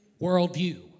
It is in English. worldview